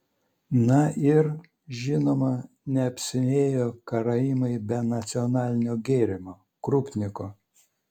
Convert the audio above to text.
na ir žinoma neapsiėjo karaimai be nacionalinio gėrimo krupniko